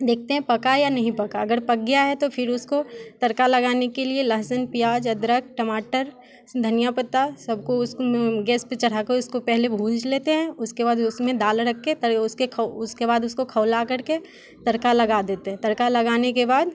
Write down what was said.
देखते हैं पका या नहीं पका अगर पक गया है तो फिर उसको तड़का लगाने के लिए लहसुन प्याज अदरक टमाटर धनिया पत्ता सबको उसको गैस पे चढ़ा के उसको पहले भूँज लेते हैं उसके बाद उसमें दाल रख के पहले उसके उसके बाद उसको खौलाकर के तड़का लगा देते हैं तड़का लगाने के बाद